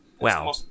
Wow